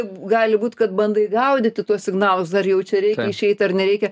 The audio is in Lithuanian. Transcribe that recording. gali būt kad bandai gaudyti tuos signalus ar jau čia reikia išeit ar nereikia